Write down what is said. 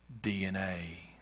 DNA